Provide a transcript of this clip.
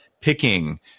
picking